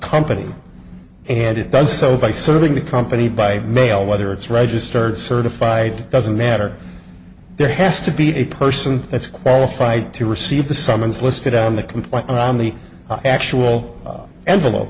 company and it does so by serving the company by mail whether it's registered certified doesn't matter there has to be a person that's qualified to receive the summons listed on the complaint on the actual envelope